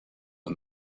and